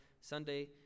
Sunday